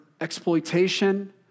exploitation